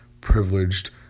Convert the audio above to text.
privileged